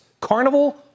Carnival